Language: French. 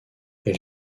elle